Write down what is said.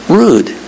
rude